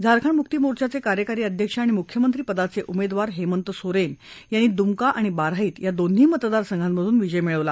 झारखंड मुक्ती मोर्चाचे कार्यकारी अध्यक्ष आणि मुख्यमंत्री पदाचे उमेदवार हेमंत सोरेन यांनी दुमका आणि बारहैत या दोन्ही मतदारसंघांमधून विजय मिळवला